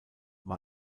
war